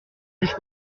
juge